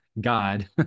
God